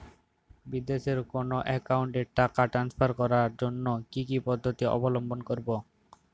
বিদেশের কোনো অ্যাকাউন্টে টাকা ট্রান্সফার করার জন্য কী কী পদ্ধতি অবলম্বন করব?